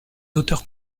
auteurs